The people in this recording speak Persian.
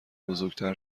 بزرگتر